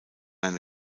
eine